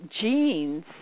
genes